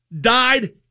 died